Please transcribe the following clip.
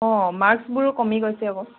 অঁ মাৰ্কছবোৰো কমি গৈছে আকৌ